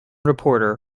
reporter